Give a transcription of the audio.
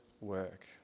work